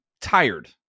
tired